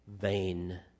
vain